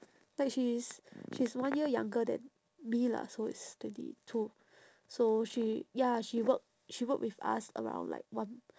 like she is she is one year younger than me lah so it's twenty two so she ya she work she work with us around like one